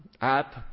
app